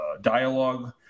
dialogue